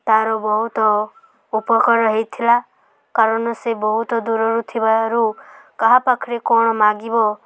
ତାର ବହୁତ ଉପକାର ହେଇଥିଲା କାରଣ ସେ ବହୁତ ଦୂରରୁ ଥିବାରୁ କାହା ପାଖରେ କ'ଣ ମାଗିବ